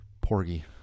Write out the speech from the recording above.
Porgy